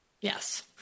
Yes